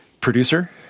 producer